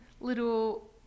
little